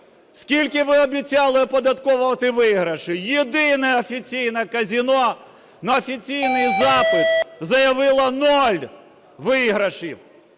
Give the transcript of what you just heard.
Скільки ви обіцяли оподатковувати виграші? Єдине офіційне казино на офіційний запит заявило: нуль виграшів.